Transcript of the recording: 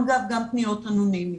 אגב, גם פניות אנונימיות.